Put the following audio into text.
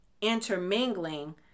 intermingling